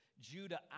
Judah